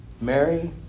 Mary